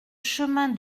chemin